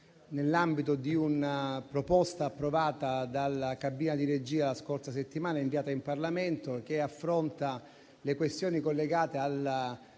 nell'ambito di un proposta approvata dalla cabina di regia la scorsa settimana e già inviata in Parlamento, che affronta le questioni collegate alla